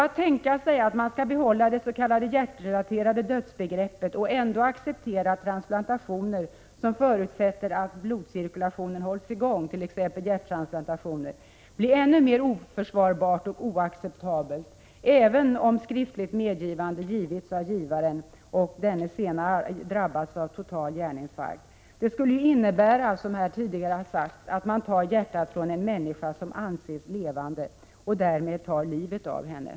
Att tänka sig att man skall behålla det s.k. hjärtrelaterade dödsbegreppet och ändå acceptera transplantationer som förutsätter att blodcirkulationen hålls i gång, t.ex. hjärttransplantationer, blir under dessa förhållanden ännu mera oförsvarbart och oacceptabelt, även om skriftligt medgivande lämnats av givaren och denne senare drabbas av total hjärninfarkt. Det skulle ju innebära, som här tidigare har sagts, att man tar hjärtat från en människa som anses levande och därmed tar livet av henne.